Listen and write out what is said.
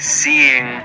seeing